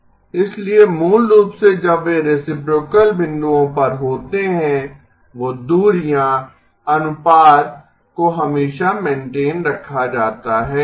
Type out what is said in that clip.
इसलिए मूल रूप से जब वे रेसीप्रोकल बिंदुओं पर होते हैं वो दूरियाँ अनुपात को हमेशा मेन्टेन रखा जाता है